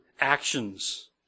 actions